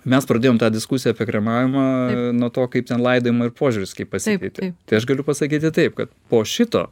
mes pradėjom tą diskusiją apie kremavimą nuo to kaip ten laidojimo ir požiūris kaip pasikeitė tai aš galiu pasakyti taip kad po šito